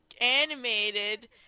animated